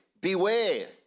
beware